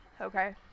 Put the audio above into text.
okay